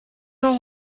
all